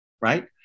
right